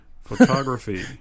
Photography